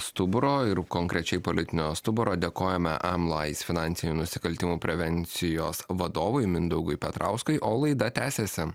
stuburo ir konkrečiai politinio stuburo dėkojame em lais finansinių nusikaltimų prevencijos vadovui mindaugui petrauskui o laida tęsiasi